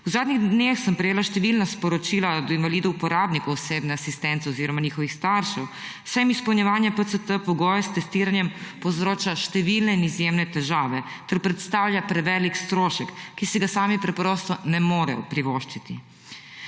V zadnjih dneh sem prejela številna sporočila od invalidov uporabnikov osebne asistence oziroma njihovih staršev, saj jim izpolnjevanje PCT-pogoja s testiranjem povzroča številne in izjemne težave ter predstavlja prevelik strošek, ki si ga sami preprosto ne morejo privoščiti.